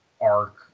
arc